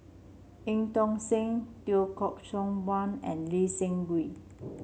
Eu Tong Sen Teo Koh Sock Miang and Lee Seng Wee